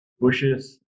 bushes